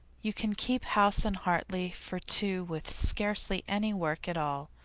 you can keep house in hartley for two with scarcely any work at all,